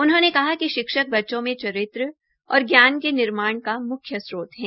उन्होंने कहा कि शिक्षक बच्चों में चरित्र और ज्ञान के निर्माझा का मुख्य स्त्रोत है